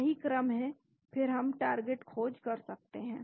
यही क्रम है और फिर हम टेम्प्लेट खोज सकते हैं